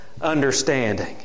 understanding